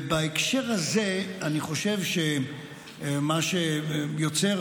בהקשר הזה, אני חושב שמה שיוצר